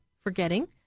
forgetting